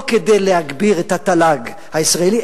לא כדי להגביר את התל"ג הישראלי,